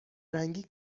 رنگی